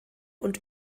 und